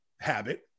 habit